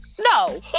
No